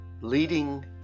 leading